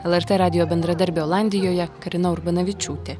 lrt radijo bendradarbė olandijoje karina urbanavičiūtė